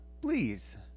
please